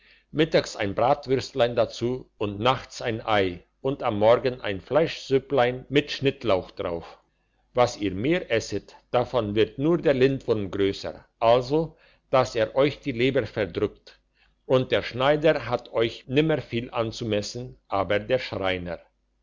mittags ein bratwürstlein dazu und nachts ein ei und am morgen ein fleischsüpplein mit schnittlauch drauf was ihr mehr esset davon wird nur der lindwurm größer so daß er euch die leber verdrückt und der schneider hat euch nimmer viel anzumessen aber der schreiner